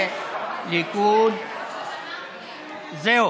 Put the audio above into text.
ליכוד, זהו.